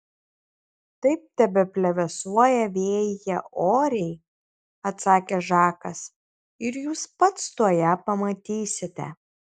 taip tebeplevėsuoja vėjyje oriai atsakė žakas ir jūs pats tuoj ją pamatysite